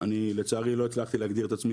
אני לצערי לא הצלחתי להגדיר את עצמי